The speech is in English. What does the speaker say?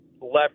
left